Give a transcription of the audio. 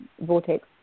vortex